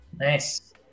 Nice